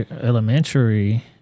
elementary